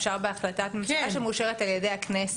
אפשר בהחלטת ממשלה שמאושרת על-ידי הכנסת.